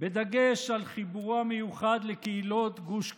בדגש על חיבורו המיוחד לקהילות גוש קטיף,